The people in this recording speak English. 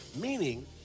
meaning